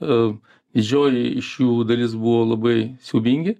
a didžioji iš jų dalis buvo labai siaubingi